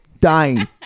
Dying